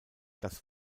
das